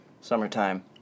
Summertime